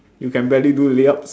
you can barely do layups